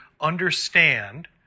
understand